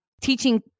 teaching